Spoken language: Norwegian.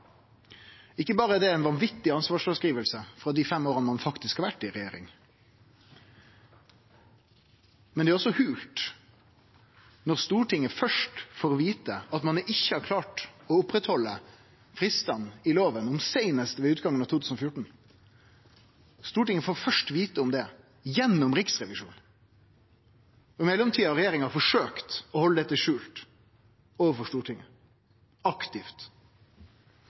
Ikkje berre er det ein vanvitig måte å fråskrive seg ansvar for dei fem åra ein faktisk har vore i regjering på. Det er også holt, når Stortinget først får vite at ein ikkje har klart å halde fristane i loven – seinast ved utgangen av 2014 – gjennom Riksrevisjonen. I mellomtida har regjeringa forsøkt å halde dette skjult overfor Stortinget, aktivt.